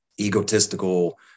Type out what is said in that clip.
egotistical